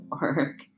work